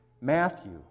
Matthew